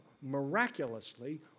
miraculously